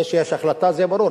זה שיש החלטה זה ברור,